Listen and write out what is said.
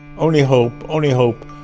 only hope, only hope.